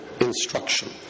instruction